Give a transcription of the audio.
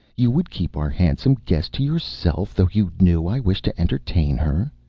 you would keep our handsome guest to yourself, though you knew i wished to entertain her.